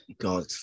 God